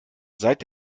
seit